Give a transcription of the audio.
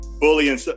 bullying